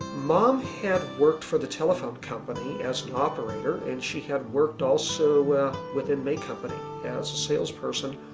mom had worked for the telephone company as an operator and she had worked also within may company as a salesperson.